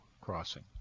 crossing